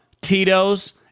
Tito's